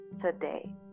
today